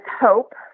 Hope